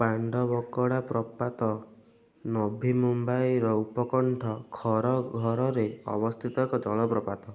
ପାଣ୍ଡବକଡ଼ା ପ୍ରପାତ ନଭି ମୁମ୍ବାଇର ଉପକଣ୍ଠ ଖରଘରରେ ଅବସ୍ଥିତ ଏକ ଜଳପ୍ରପାତ